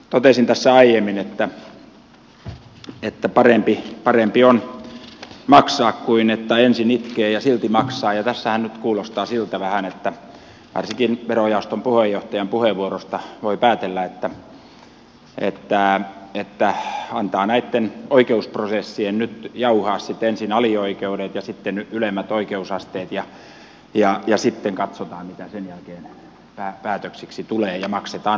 totesin tässä aiemmin että parempi on maksaa kuin ensin itkeä ja silti maksaa ja tässähän nyt kuulostaa siltä vähän varsinkin verojaoston puheenjohtajan puheenvuorosta voi päätellä että antaa näitten oikeusprosessien nyt jauhaa ensin alioikeudet ja sitten ylemmät oikeusasteet ja sitten katsotaan mitä sen jälkeen päätöksiksi tulee ja maksetaan vasta sitten